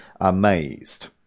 amazed